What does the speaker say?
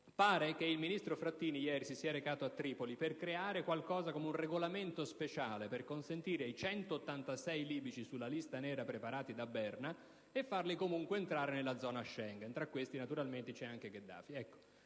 pare che il ministro Frattini ieri si sia recato a Tripoli per creare qualcosa come un regolamento speciale per consentire ai 186 libici sulla lista nera preparata da Berna di entrare comunque nella zona Schengen e tra questi naturalmente c'è anche Gheddafi.